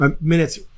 minutes